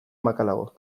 makalago